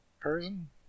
person